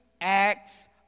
acts